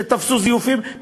שתפסו זיופים,